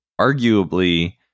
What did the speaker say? arguably